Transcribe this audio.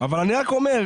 אבל אני רק אומר,